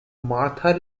martha